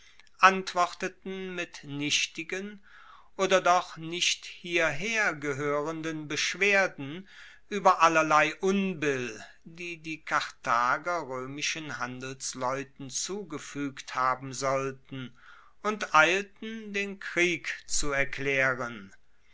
antworteten mit nichtigen oder doch nicht hierher gehoerenden beschwerden ueber allerlei unbill die die karthager roemischen handelsleuten zugefuegt haben sollten und eilten den krieg zu erklaeren